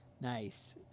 Nice